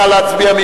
נא להצביע.